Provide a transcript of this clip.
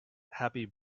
happy